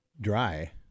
dry